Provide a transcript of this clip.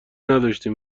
نداشتیم